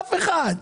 אף אחד.